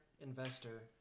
investor